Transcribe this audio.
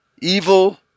evil